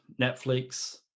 Netflix